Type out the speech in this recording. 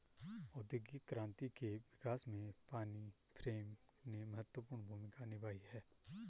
औद्योगिक क्रांति के विकास में पानी फ्रेम ने महत्वपूर्ण भूमिका निभाई है